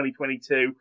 2022